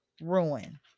ruin